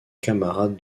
camarade